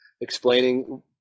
explaining